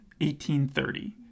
1830